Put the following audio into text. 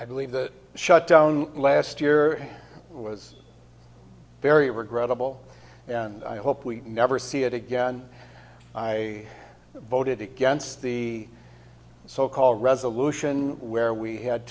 i believe that the shutdown last year was very regrettable and i hope we never see it again i voted against the so called resolution where we had